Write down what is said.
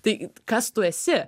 tai kas tu esi